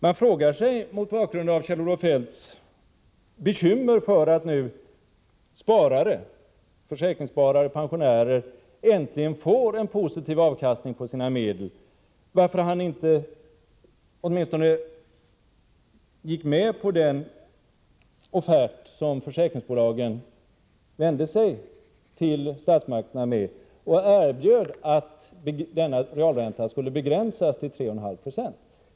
Man frågar sig, mot bakgrund av Kjell-Olof Feldts bekymmer för att försäkringssparare och pensionärer äntligen får en positiv avkastning på sina medel, varför han inte åtminstone antog den offert som försäkringsbolagen vände sig till statsmakterna med och där de erbjöd att realräntan skulle begränsas till 3,5 90.